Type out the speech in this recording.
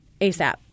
ASAP